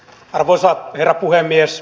arvoisa herra puhemies